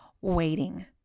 waiting